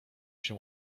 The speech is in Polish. się